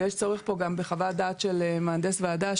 ויש צורך פה גם בחוות דעת של מהנדס ועדה,